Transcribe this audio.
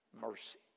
mercy